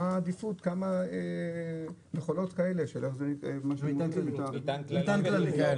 מה העדיפות וכמה מכולות כאלה של מטען כללי.